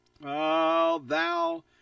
thou